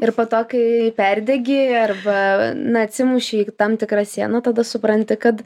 ir po to kai perdegi arba na atsimuši į tam tikrą sieną tada supranti kad